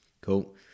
Cool